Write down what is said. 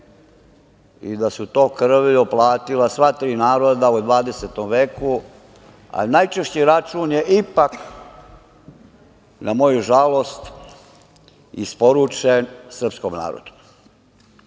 i da su to krvlju platila sva tri naroda u 20. veku, a najčešći račun je ipak, na moju žalost, isporučen Srpskom narodu. Dame